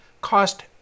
cost